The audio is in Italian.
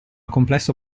complesso